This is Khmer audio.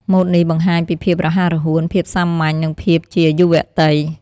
ម៉ូតនេះបង្ហាញពីភាពរហ័សរហួន ភាពសាមញ្ញ និងភាពជាយុវតី។